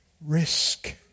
risk